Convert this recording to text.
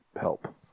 help